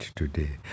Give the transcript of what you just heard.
today